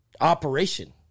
operation